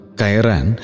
Kairan